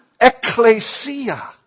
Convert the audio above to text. ecclesia